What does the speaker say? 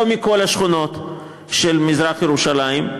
לא מכל השכונות של מזרח-ירושלים,